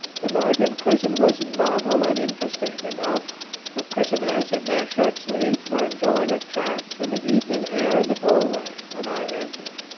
the night in prison was novel and interesting enough. the prisoners in their shirtsleeves were enjoying a chat and the evening air in the doorway, when i entered.